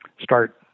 start